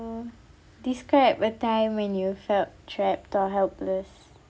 so describe a time when you felt trapped or helpless